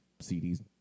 CDs